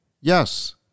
Yes